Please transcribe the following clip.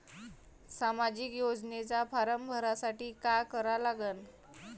सामाजिक योजनेचा फारम भरासाठी का करा लागन?